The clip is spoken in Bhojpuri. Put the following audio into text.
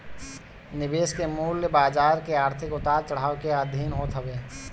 निवेश के मूल्य बाजार के आर्थिक उतार चढ़ाव के अधीन होत हवे